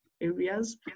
areas